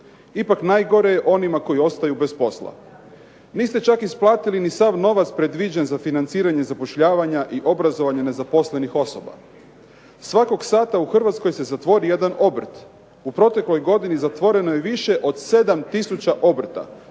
Ipak, najgore je onima koji ostaju bez posla. Niste čak isplatili ni sav novac predviđen za financiranje zapošljavanja i obrazovanja nezaposlenih osoba. Svakog sata u Hrvatskoj se zatvori jedan obrt. U protekloj godini zatvoreno je više od 7000 obrta,